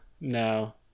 no